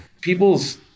people's